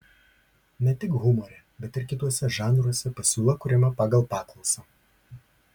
ne tik humore bet ir kituose žanruose pasiūla kuriama pagal paklausą